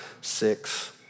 six